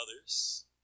others